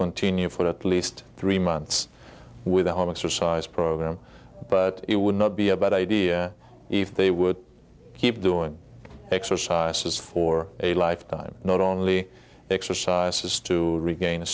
continue for at least three months with a homicide program but it would not be a bad idea if they would keep doing exercises for a lifetime not only exercises to regain